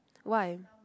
why